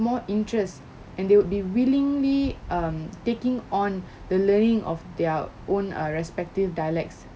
more interest and they would be willingly um taking on the learning of their own err respective dialects